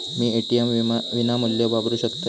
मी ATM विनामूल्य वापरू शकतय?